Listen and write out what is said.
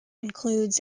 includes